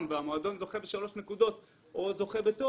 והמועדון זוכה בשלוש נקודות או בתואר,